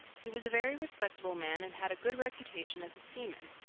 he was a very respectable man and had a good reputation as a seaman,